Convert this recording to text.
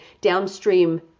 downstream